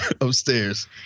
upstairs